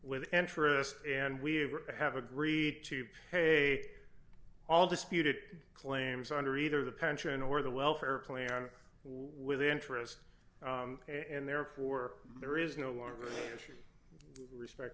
with interest and we have agreed to pay all disputed claims under either the pension or the welfare plan with interest and therefore there is no longer respect